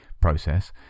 process